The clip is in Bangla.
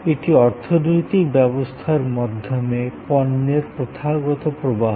এটি অর্থনৈতিক ব্যবস্থার মাধ্যমে পণ্যের প্রথাগত প্রবাহ